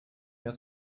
mehr